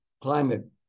climate